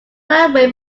railway